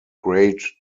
grade